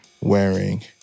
wearing